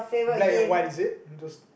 black and white is it those